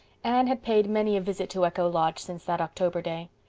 anne had paid many a visit to echo lodge since that october day.